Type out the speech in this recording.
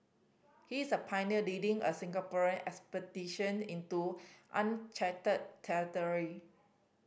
he's a pioneer leading a Singaporean expedition into uncharted territory